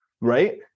right